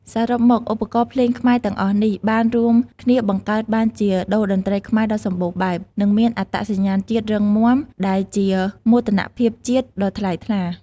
សរុបមក ឧបករណ៍ភ្លេងខ្មែរទាំងអស់នេះ បានរួមគ្នាបង្កើតបានជាតូរ្យតន្ត្រីខ្មែរដ៏សម្បូរបែប និងមានអត្តសញ្ញាណជាតិដ៏រឹងមាំ ដែលជាមោទនភាពជាតិដ៏ថ្លៃថ្លា។